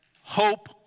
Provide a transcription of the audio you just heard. hope